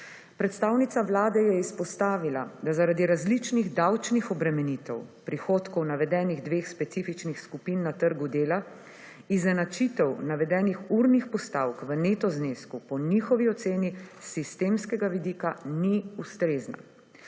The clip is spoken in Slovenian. Predstavnica Vlade je izpostavila, da zaradi različnih davčnih obremenitev prihodkov navedenih dveh specifičnih skupin na trgu dela izenačitev navedenih urnih postavk v neto znesku po njihovi oceni s sistemskega vidika ni ustrezna.